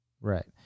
Right